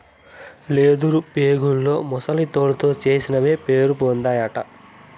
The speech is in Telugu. లెదరు బేగుల్లో ముసలి తోలుతో చేసినవే పేరుపొందాయటన్నా